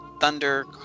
thunder